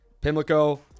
Pimlico